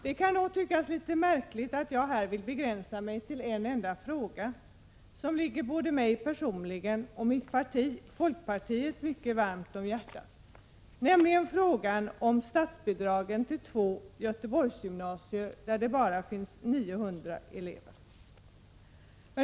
Det kan då kanske tyckas litet märkligt att jag här vill begränsa mig till en enda fråga, men det gäller en angelägenhet som ligger både mig personligen och mitt parti, folkpartiet, mycket varmt om hjärtat, nämligen frågan om statsbidragen till två Göteborgsgymnasier där det bara finns 900 elever.